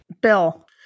Bill